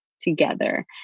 together